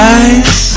eyes